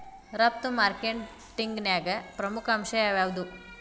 ರಫ್ತು ಮಾರ್ಕೆಟಿಂಗ್ನ್ಯಾಗ ಪ್ರಮುಖ ಅಂಶ ಯಾವ್ಯಾವ್ದು?